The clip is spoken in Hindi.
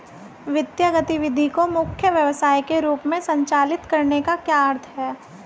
वित्तीय गतिविधि को मुख्य व्यवसाय के रूप में संचालित करने का क्या अर्थ है?